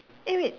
eh wait